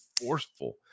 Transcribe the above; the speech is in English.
forceful